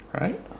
right